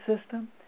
system